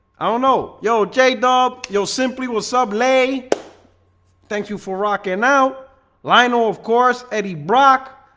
i don't know yo j-dub, you'll simply wassup lay thank you for rockin. now lino, of course, eddie brock,